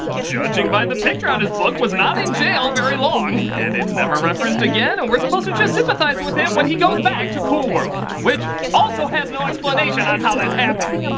judging by the picture on his book was not in jail very long. and it's never referenced again and we're supposed to just sympathize with him when he goes back to cool world which also has no explanation on how that's happening.